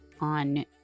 on